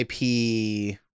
IP